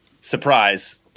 surprise